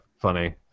funny